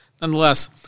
nonetheless